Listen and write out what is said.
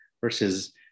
versus